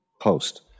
post